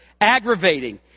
aggravating